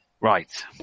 Right